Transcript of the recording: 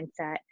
mindset